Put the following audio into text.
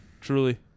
truly